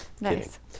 nice